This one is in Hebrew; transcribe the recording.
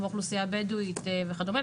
כמו האוכלוסייה הבדואית וכדומה,